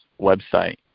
website